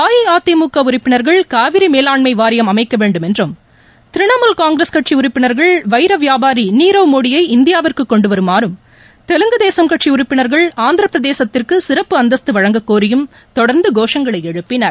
அஇஅதிமுக உறுப்பினர்கள் காவிரி மேலாண்மை வாரியம் அமைக்க வேண்டும் என்றும் திரிணாமுல் காங்கிரஸ் கட்சி உறுப்பினர்கள் வைர வியாபாரி நீரவ் மோடியை இந்தியாவிந்கு கொண்டுவருமாறும் தெலுங்கு தேசம் கட்சி உறுப்பினர்கள் ஆந்திரப் பிரதேசத்திற்கு சிறப்பு அந்தஸ்த்து வழங்கக் கோரியும் தொடர்ந்து கோஷங்களை எழுப்பினர்